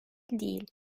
değil